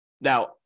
Now